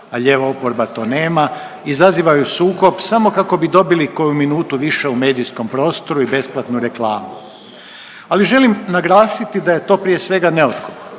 a lijeva oporba to nema izazivaju sukob samo kako bi dobili koju minutu više u medijskom prostoru i besplatnu reklamu. Ali želim naglasiti da je to prije svega neodgovorno,